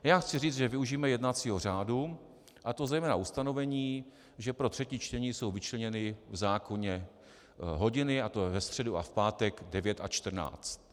Já chci říct, že využíváme jednacího řádu, a to zejména ustanovení, že pro třetí čtení jsou vyčleněny v zákoně hodiny, a to ve středu a v pátek 9 až 14.